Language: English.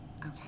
Okay